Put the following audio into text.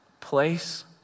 place